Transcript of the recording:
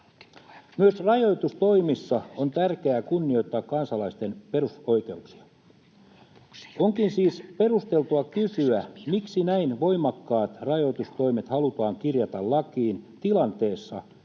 Myös rajoitustoimissa on tärkeää kunnioittaa kansalaisten perusoikeuksia. Onkin siis perusteltua kysyä, miksi näin voimakkaat rajoitustoimet halutaan kirjata lakiin tilanteessa,